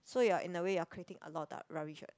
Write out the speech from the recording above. so you are in a way you are creating a lot of rubbish what